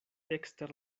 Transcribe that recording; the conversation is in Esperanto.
ekster